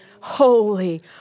holy